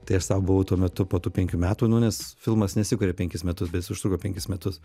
tai aš sau buvau tuo metu po tų penkių metų nu nes filmas nesikuria penkis metus bet jis užtruko penkis metus